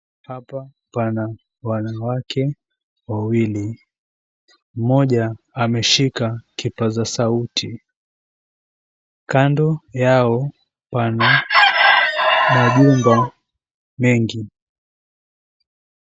Hapa pana wanawake wawili. Mmoja ameshika kipaza sauti. Kando yao pana majumba mengi.